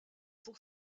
pour